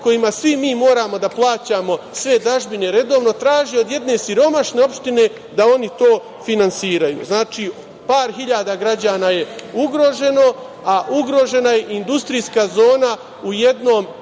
kojem svi mi moramo da plaćamo sve dažbine redovno, traži od jedne siromašne opštine da oni to finansiraju. Znači, par hiljada građana je ugroženo, a ugrožena je i industrijska zona u jednom